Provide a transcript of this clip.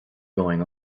going